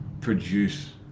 produce